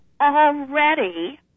already